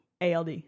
ALD